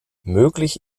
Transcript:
möglich